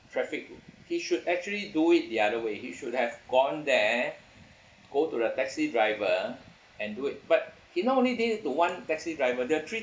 traffic he should actually do it the other way he should have gone there go to the taxi driver and do it but he not only did it to one taxi driver there're three